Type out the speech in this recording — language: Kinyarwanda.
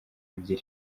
ebyiri